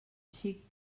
xic